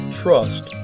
trust